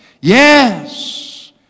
Yes